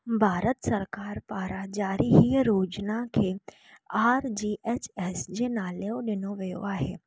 भारत सरकारु पारां जारी हीअ योजना खे आर जी एच एस जे नालो ॾिनो वियो आहे